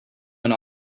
went